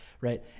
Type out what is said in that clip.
right